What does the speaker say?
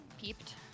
peeped